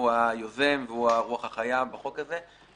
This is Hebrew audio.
הוא היוזם והרוח החיה בחוק הזה.